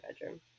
bedroom